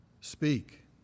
speak